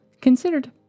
considered